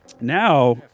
Now